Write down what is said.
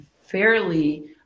fairly